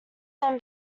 then